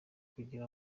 kugira